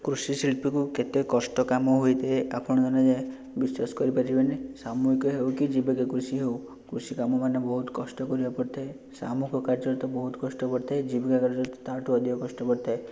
କୃଷି ଶିଳ୍ପୀକୁ କେତେ କଷ୍ଟ କାମ ହୋଇଥାଏ ଆପଣ ମାନେ ବିଶ୍ୱାସ କରିପାରିବେନି ସାମୂହିକ ହେଉ କି ଜୀବିକା କୃଷି ହେଉ କୃଷି କାମ ମାନେ ବହୁତ କଷ୍ଟ କରିବାକୁ ପଡ଼ିଥାଏ ସାମୂହିକ କାର୍ଯ୍ୟରେ ତ ବହୁତ କଷ୍ଟ ପଡ଼ିଥାଏ ଜୀବିକା କାର୍ଯ୍ୟରେ ତା ଠୁ ଅଧିକ କଷ୍ଟ ପଡ଼ିଥାଏ